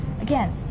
again